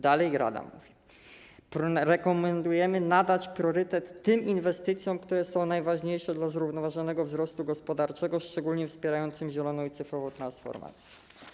Dalej rekomendujemy nadać priorytet tym inwestycjom, które są najważniejsze dla zrównoważonego wzrostu gospodarczego, szczególnie wspierającym zieloną i cyfrową transformację.